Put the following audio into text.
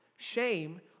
Shame